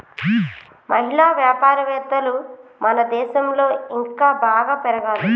మహిళా వ్యాపారవేత్తలు మన దేశంలో ఇంకా బాగా పెరగాలి